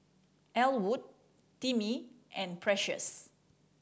Ellwood Timmie and Precious